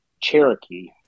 Cherokee